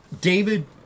David